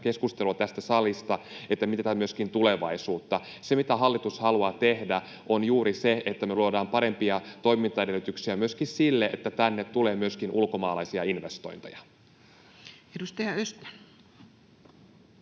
keskustelua tässä salissa, että mietitään myöskin tulevaisuutta. Se, mitä hallitus haluaa tehdä, on juuri se, että me luodaan parempia toimintaedellytyksiä myöskin sille, että tänne tulee myöskin ulkomaalaisia investointeja. Edustaja Östman.